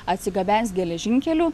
atsigabens geležinkeliu